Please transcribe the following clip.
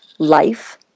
life